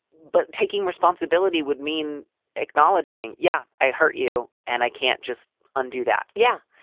but taking responsibility would mean acknowledging, yeah, i hurt you and i can't just undo that yeah.